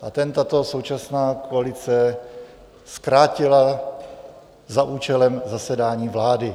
A ten tato současná koalice zkrátila za účelem zasedání vlády.